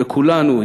וכולנו,